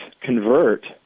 convert